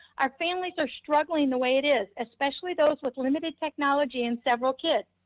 our families are struggling the way it is, especially those with limited technology and several kids.